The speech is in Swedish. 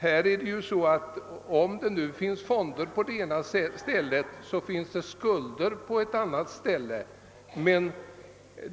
På ett håll kan det finnas fonder medan man på ett annat håll kan ha skulder.